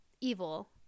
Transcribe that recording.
evil